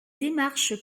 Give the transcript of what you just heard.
démarches